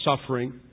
suffering